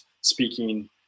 speaking